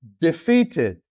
defeated